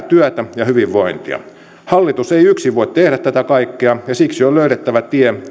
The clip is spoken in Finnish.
työtä ja hyvinvointia hallitus ei yksin voi tehdä tätä kaikkea ja siksi on löydettävä tie